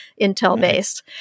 Intel-based